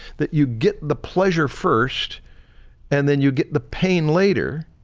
that you get the pleasure first and then you get the pain later,